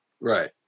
right